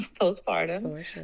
postpartum